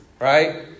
right